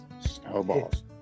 Snowballs